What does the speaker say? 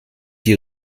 die